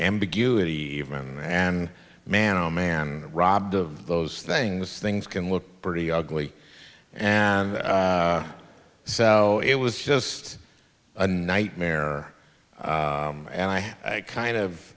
ambiguity and man oh man robbed of those things things can look pretty ugly and so it was just a nightmare and i kind of